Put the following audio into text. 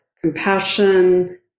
compassion